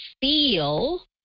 feel